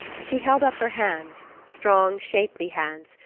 she held up her hands, strong, shapely hands,